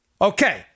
Okay